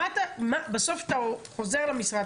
בסוף אתה חוזר למשרד,